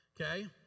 okay